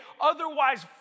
otherwise